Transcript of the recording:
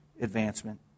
advancement